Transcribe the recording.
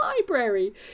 library